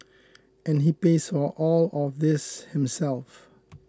and he pays for all of this himself